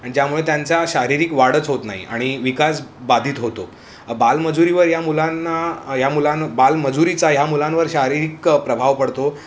अन ज्यामुळे त्यांचा शारीरिक वाढच होत नाही आणि विकास बाधित होतो बालमजूरीवर या मुलांना या मुलां बालमजुरीचा ह्या मुलांवर शारीरिक प्रभाव पडतो